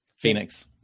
phoenix